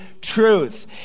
truth